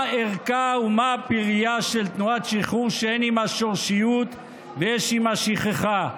"מה ערכה ומה פרייה של תנועת שחרור שאין עימה שורשיות ויש עימה שכחה,